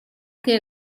che